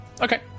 okay